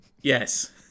Yes